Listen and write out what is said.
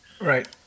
Right